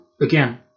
again